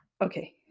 Okay